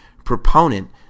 proponent